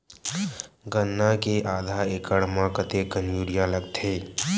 गन्ना के आधा एकड़ म कतेकन यूरिया लगथे?